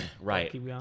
Right